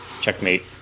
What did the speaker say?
Checkmate